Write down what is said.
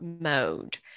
mode